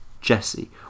Jesse